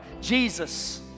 Jesus